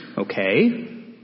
Okay